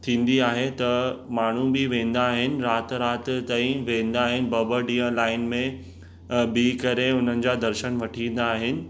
थींदी आहे त माण्हू बि वेंदा आहिनि राति राति ताईं वेंदा आहिनि ॿ ॿ ॾींहं लाइन में बीह करे उन्हनि जा दर्शन वठी ईंदा आहिनि